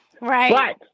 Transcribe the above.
Right